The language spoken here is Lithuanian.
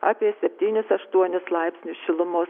apie septynis aštuonis laipsnius šilumos